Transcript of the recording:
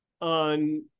on